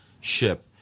ship